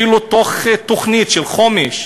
אפילו בתוך תוכנית של חומש,